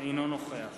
אינו נוכח